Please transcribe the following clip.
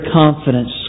confidence